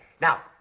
Now